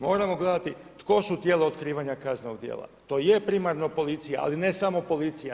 Moramo gledati tko su tijela otkrivanja kaznenog djela, to je primarno policija, ali ne samo policija.